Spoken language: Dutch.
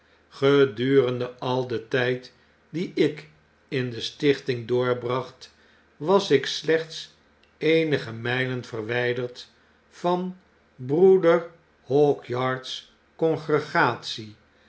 gedurende al den tyd dien ik in de stichting doorbracht was ik slechts eenige mijlen verwyderd van broeder hawkyard's congregatie